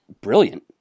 brilliant